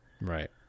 Right